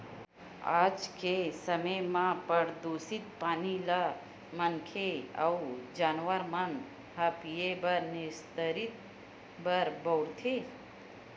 आज के समे म परदूसित पानी ल मनखे अउ जानवर मन ह पीए बर, निस्तारी बर बउरथे